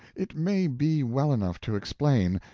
it may be well enough to explain,